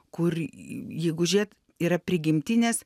kur jeigu žiūrėt yra prigimtinės